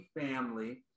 family